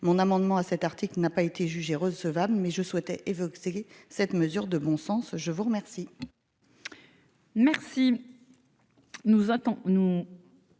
Mon amendement à cet article n'ayant pas été jugé recevable, je souhaitais évoquer cette mesure de bon sens. Je suis saisie